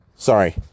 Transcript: sorry